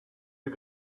you